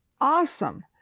Awesome